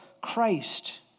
Christ